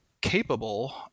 capable